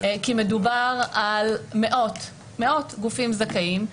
כי מדובר על מאות גופים זכאים,